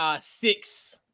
six